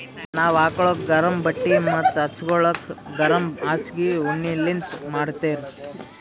ನಾವ್ ಹಾಕೋಳಕ್ ಗರಮ್ ಬಟ್ಟಿ ಮತ್ತ್ ಹಚ್ಗೋಲಕ್ ಗರಮ್ ಹಾಸ್ಗಿ ಉಣ್ಣಿಲಿಂತ್ ಮಾಡಿರ್ತರ್